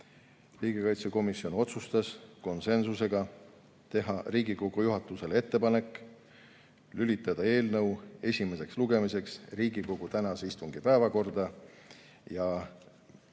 Riigikaitsekomisjon otsustas konsensusega teha Riigikogu juhatusele ettepaneku lülitada eelnõu esimeseks lugemiseks Riigikogu tänase istungi päevakorda.